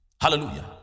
Hallelujah